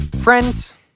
Friends